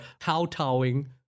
how-towing